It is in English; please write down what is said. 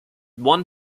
one